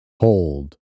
hold